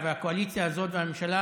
בקואליציה, הקואליציה הזאת והממשלה